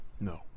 no